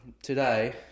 Today